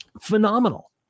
Phenomenal